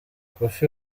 koffi